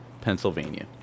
Pennsylvania